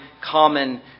common